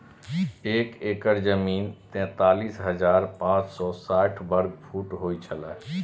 एक एकड़ जमीन तैंतालीस हजार पांच सौ साठ वर्ग फुट होय छला